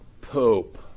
Pope